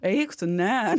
eik tu ne